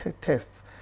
tests